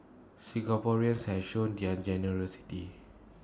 Singaporeans has shown their generosity